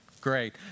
Great